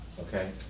okay